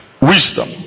Wisdom